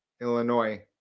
Illinois